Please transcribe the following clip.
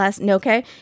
Okay